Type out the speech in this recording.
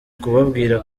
kubabwira